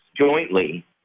jointly